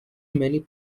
many